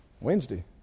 Wednesday